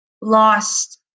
lost